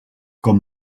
com